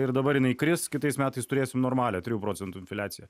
ir dabar jinai kris kitais metais turėsim normalią trijų procentų infliaciją